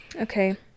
Okay